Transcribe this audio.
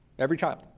every child,